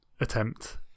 attempt